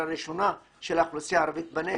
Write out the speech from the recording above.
הראשונה של האוכלוסייה הערבית בנגב.